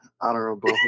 Honorable